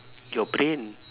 your brain